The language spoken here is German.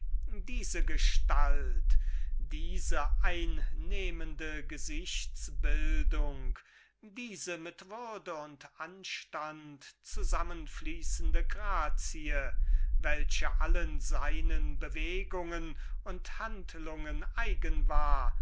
diese gestalt diese einnehmende gesichts-bildung diese mit würde und anstand zusammenfließende grazie welche allen seinen bewegungen und handlungen eigen war